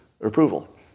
approval